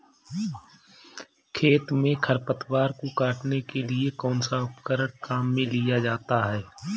खेत में खरपतवार को काटने के लिए कौनसा उपकरण काम में लिया जाता है?